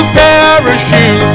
parachute